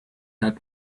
had